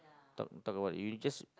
thought thought about you just